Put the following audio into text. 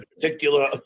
particular